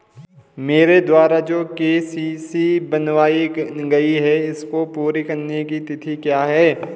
मेरे द्वारा जो के.सी.सी बनवायी गयी है इसको पूरी करने की तिथि क्या है?